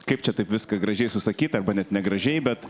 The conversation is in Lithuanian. kaip čia taip viską gražiai susakyti arba net negražiai bet